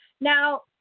now